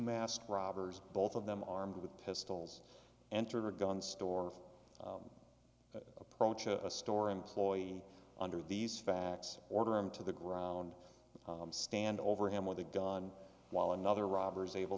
masked robbers both of them armed with pistols entered a gun store approach a store employee under these facts order him to the ground stand over him with a gun while another robbers able